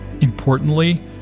Importantly